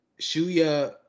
Shuya